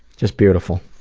just beautiful.